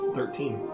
Thirteen